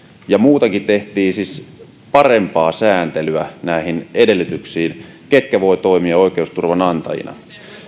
ja muutenkin tehtiin siis parempaa sääntelyä näihin edellytyksiin siitä ketkä voivat toimia oikeusturvan antajina